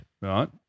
right